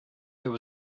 there